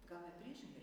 gal net priešingai